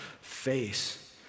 face